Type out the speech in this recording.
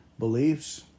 beliefs